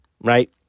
right